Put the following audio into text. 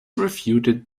refuted